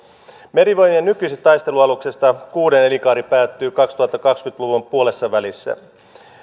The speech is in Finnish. merivoimien nykyisistä taistelualuksista kuuden elinkaari päättyy kaksituhattakaksikymmentä luvun puolessavälissä